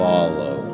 Follow